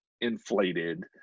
inflated